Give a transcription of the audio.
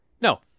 No